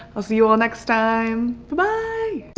i'll see you all next time bye-bye!